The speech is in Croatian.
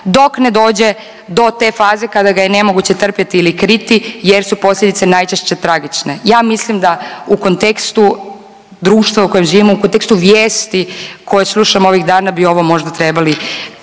dok ne dođe do faze kada ga je nemoguće trpjeti ili kriti jer su posljedice najčešće tragične. Ja mislim da u kontekstu društva u kojem držimo u kontekstu vijesti koje slušamo ovih dana bi ovo možda trebali